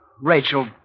Rachel